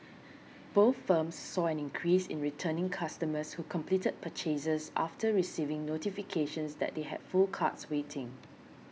both firms saw an increase in returning customers who completed purchases after receiving notifications that they had full carts waiting